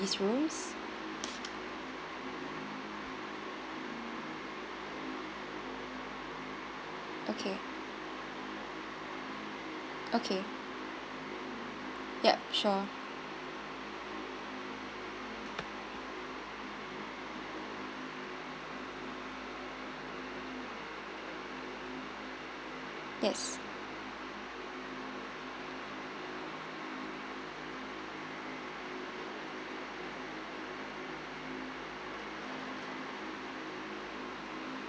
rooms okay okay ya sure yes